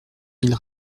mille